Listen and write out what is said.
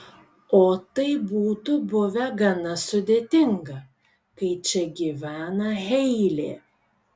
o tai būtų buvę gana sudėtinga kai čia gyvena heilė